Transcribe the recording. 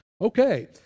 Okay